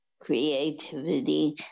creativity